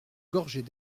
gorgées